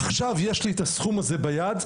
עכשיו יש לי את הסכום הזה ביד,